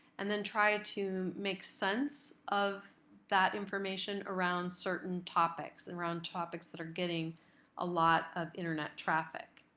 and then try to make sense of that information around certain topics, and around topics that are getting a lot of internet traffic.